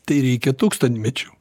tai reikia tūkstantmečių